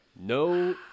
No